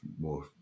more